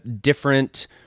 different